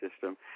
system